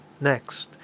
Next